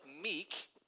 meek